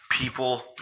People